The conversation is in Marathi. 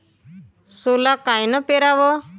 सोला कायनं पेराव?